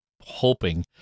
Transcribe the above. hoping